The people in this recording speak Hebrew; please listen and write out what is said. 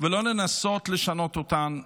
ולא לנסות לשנות אותן.